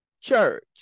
church